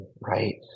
right